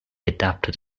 adapted